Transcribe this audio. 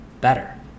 better